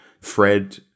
Fred